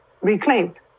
reclaimed